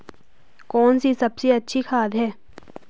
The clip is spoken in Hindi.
कौन सी सबसे अच्छी खाद है?